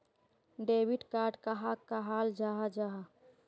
Debit card कहाक कहाल जाहा जाहा?